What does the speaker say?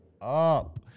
up